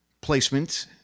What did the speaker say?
placement